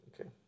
Okay